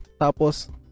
tapos